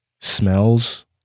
smells